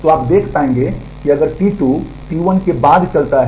तो आप देख पाएंगे कि अगर T2 T1 के बाद चलता है